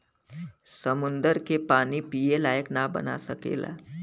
समुन्दर के पानी के पिए लायक ना बना सकेला